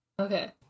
Okay